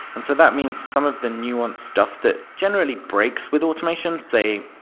and so that means some of the nuanced stuff that generally breaks with automation, say,